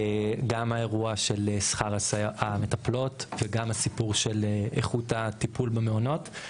גם האירוע של שכר המטפלות וגם הסיפור של איכות הטיפול במעונות,